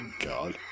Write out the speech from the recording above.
God